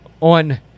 on